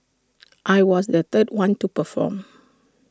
I was the third one to perform